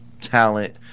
talent